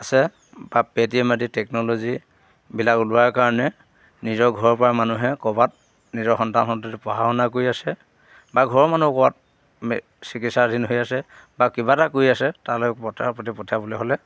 আছে বা পে'টিএম আদি টেকন'ল'জি এইবিলাক ওলোৱাৰ কাৰণে নিজৰ ঘৰৰ পৰা মানুহে ক'ৰবাত নিজৰ সন্তান সন্ততি পঢ়া শুনা কৰি আছে বা ঘৰৰ মানুহো ক'ৰবাত চিকিৎসাধীন হৈ আছে বা কিবা এটা কৰি আছে তালৈ পইচা পাতি পঠিয়াবলৈ হ'লে